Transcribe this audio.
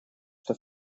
что